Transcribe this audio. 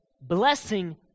blessing